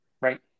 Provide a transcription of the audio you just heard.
Right